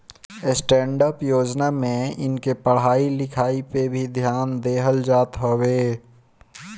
stand up योजना में इनके पढ़ाई लिखाई पअ भी ध्यान देहल जात हवे